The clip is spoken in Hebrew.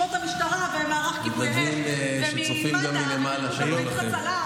יש פה גם מתנדבים משורות המשטרה ומערך כיבוי אש ומד"א וכוחות ההצלה.